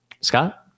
Scott